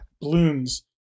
Balloons